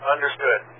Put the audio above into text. Understood